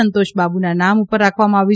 સંતોષ બાબુના નામ ઉપર રાખવામાં આવ્યું